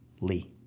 Lee